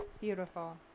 Beautiful